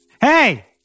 Hey